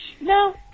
no